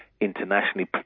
internationally